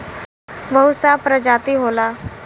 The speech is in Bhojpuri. बहुत सा प्रजाति होला